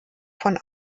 von